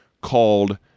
called